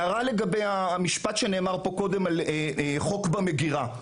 הערה לגבי המשפט שנאמר פה קודם על חוק במגירה.